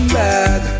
bad